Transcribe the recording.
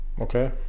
okay